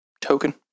token